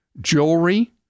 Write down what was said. jewelry